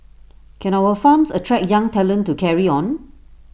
can our farms attract young talent to carry on